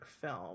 film